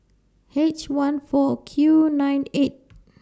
H one four Q nine eight